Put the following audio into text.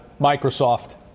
Microsoft